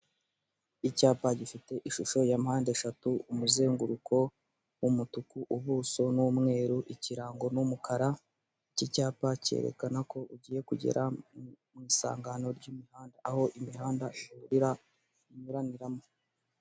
Icyapa gifite ishusho ya mpande eshatu, umuzenguruko w'umutuku ubuso ni umweru ikirango ni umukara. Iki cyapa cyerekana ko ugiye kugera mu isangano ry'umuhanda, aho imihanda ihurira inyuraniramo.